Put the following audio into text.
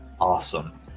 awesome